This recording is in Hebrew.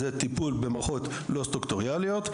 זה טיפול במערכות לא סטרוקטוריאליות.